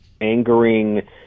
angering